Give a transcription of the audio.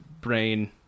brain